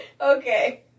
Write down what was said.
Okay